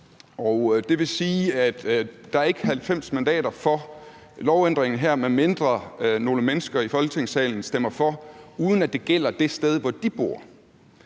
det vil sige, at der ikke er 90 mandater for lovændringen her, medmindre der er nogle mennesker i Folketingssalen, der stemmer for, uden at det gælder det sted, hvor de bor.